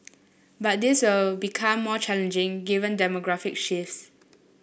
but this will become more challenging given demographic shifts